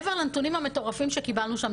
מעבר לנתונים המטורפים שקיבלנו שם,